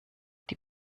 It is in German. die